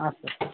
ಹಾಂ ಸ